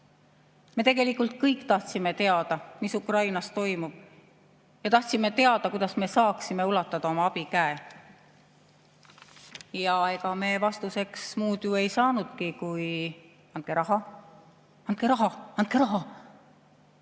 Me kõik tahtsime teada, mis Ukrainas toimub. Me tahtsime teada, kuidas me saaksime ulatada oma abikäe. Ja ega me vastuseks muud ju ei saanudki, kui "Andke raha. Andke raha! Andke raha!"